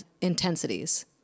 intensities